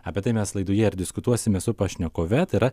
apie tai mes laidoje ir diskutuosime su pašnekove tai yra